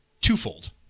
twofold